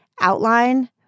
outline